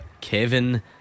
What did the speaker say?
Kevin